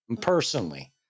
personally